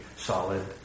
solid